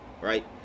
right